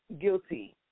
guilty